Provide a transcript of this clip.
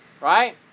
Right